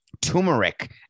turmeric